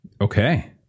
Okay